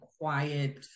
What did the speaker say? quiet